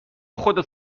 خودت